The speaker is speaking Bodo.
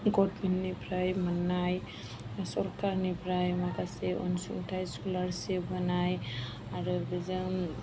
गभर्नमेन्तनिफ्राय मोननाय सरकारनिफ्राय माखासे अनसुंथाइ स्क'लारशिप मोननाय आरो बेजों